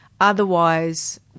Otherwise